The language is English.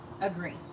agree